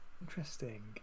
Interesting